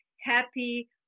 happy